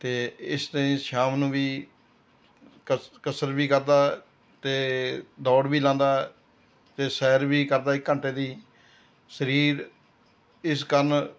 ਅਤੇ ਇਸ ਤਰ੍ਹਾਂ ਹੀ ਸ਼ਾਮ ਨੂੰ ਵੀ ਕਸ ਕਸਰ ਵੀ ਕਰਦਾ ਅਤੇ ਦੌੜ ਵੀ ਲਾਉਂਦਾ ਅਤੇ ਸੈਰ ਵੀ ਕਰਦਾ ਇੱਕ ਘੰਟੇ ਦੀ ਸਰੀਰ ਇਸ ਕਾਰਨ